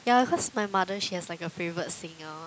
ya cause my mother she has like a favorite singer